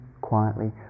quietly